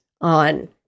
on